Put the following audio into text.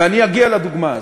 ואני אגיע לדוגמה הזו.